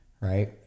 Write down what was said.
right